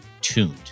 tuned